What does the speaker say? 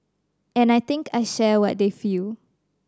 and I think I share what they feel